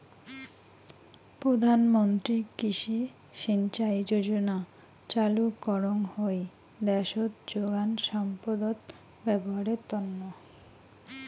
প্রধান মন্ত্রী কৃষি সিঞ্চাই যোজনা চালু করঙ হই দ্যাশোত যোগান সম্পদত ব্যবহারের তন্ন